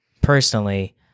personally